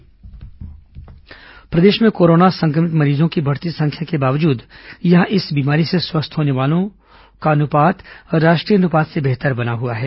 corona प्रदेश स्थिति प्रदेश में कोरोना संक्रमित मरीजों की बढ़ती संख्या के बावजूद यहां इस बीमारी से स्वस्थ होने वाले लोगों का अनुपात राष्ट्रीय अनुपात से बेहतर बना हुआ है